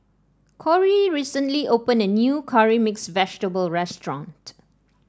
Corey recently opened a new Curry Mixed Vegetable restaurant